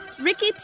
Ricky